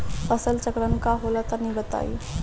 फसल चक्रण का होला तनि बताई?